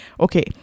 okay